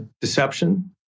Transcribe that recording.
deception